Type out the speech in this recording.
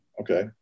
okay